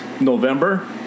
November